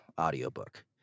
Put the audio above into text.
audiobook